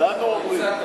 לנו אומרים.